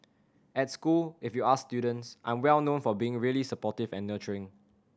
at school if you ask students I'm well known for being really supportive and nurturing